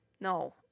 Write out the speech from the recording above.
no